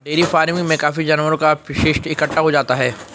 dairy farming में काफी जानवरों का अपशिष्ट इकट्ठा हो जाता है